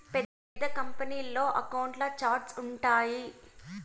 పెద్ద కంపెనీల్లో అకౌంట్ల ఛార్ట్స్ ఉంటాయి